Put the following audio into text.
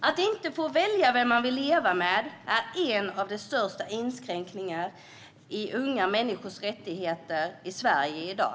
Att inte få välja vem man vill leva med är en av de största inskränkningarna i unga människors rättigheter i Sverige i dag.